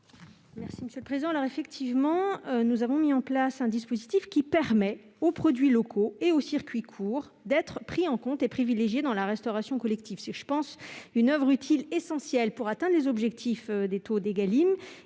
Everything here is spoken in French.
économiques ? Nous avons effectivement mis en place un dispositif qui permet aux produits locaux et aux circuits courts d'être pris en compte et privilégiés dans la restauration collective. C'est, je le pense, une oeuvre utile essentielle pour atteindre les objectifs d'Égalim